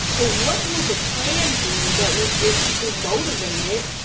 but what will the plan be that will get people motivated?